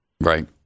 Right